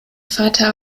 vater